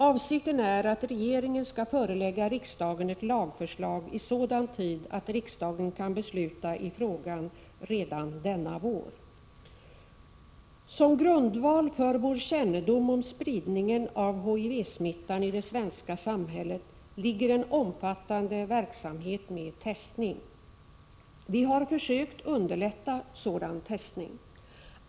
Avsikten är att regeringen skall förelägga riksdagen ett lagförslag i sådan tid att riksdagen kan besluta i frågan redan denna vår. Som grundval för vår kännedom om spridningen av HIV-smittan i det svenska samhället ligger en omfattande verksamhet med testning. Vi har försökt underlätta sådan testning.